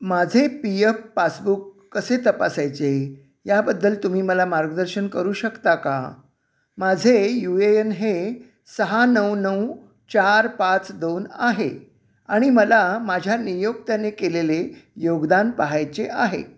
माझे P F passbook कसे तपासायचे याबद्दल तुम्ही मला मार्गदर्शन करू शकता का माझे यू ए एन हे सहा नऊ नऊ चार पाच दोन आहे आणि मला माझ्या नियोक्त्याने केलेले योगदान पाहायचे आहे